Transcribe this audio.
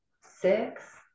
six